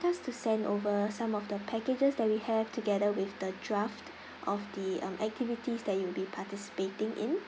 us to send over some of the packages that we have together with the draft of the um activities that you will be participating in